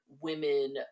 Women